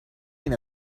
این